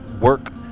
work